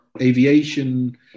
aviation